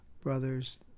brothers